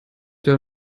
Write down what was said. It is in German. der